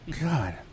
God